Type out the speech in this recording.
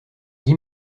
guy